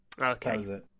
okay